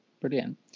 brilliant